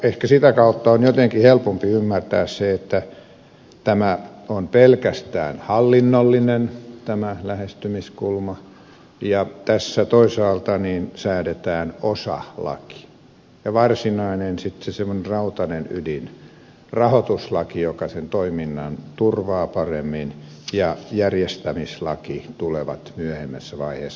ehkä sitä kautta on jotenkin helpompi ymmärtää se että tämä on pelkästään hallinnollinen tämä lähestymiskulma ja tässä toisaalta säädetään osalaki ja sitten semmoinen varsinainen rautainen ydin rahoituslaki joka sen toiminnan turvaa paremmin ja järjestämislaki tulevat myöhemmässä vaiheessa